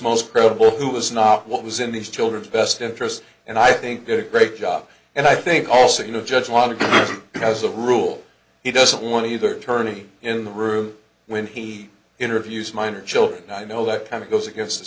most credible who was not what was in the children's best interest and i think did a great job and i think also you know judge wanted as a rule he doesn't want either tourney in the room when he interviews minor children i know that kind of goes against the